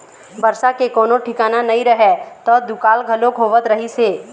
बरसा के कोनो ठिकाना नइ रहय त दुकाल घलोक होवत रहिस हे